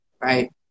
right